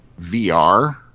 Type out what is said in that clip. VR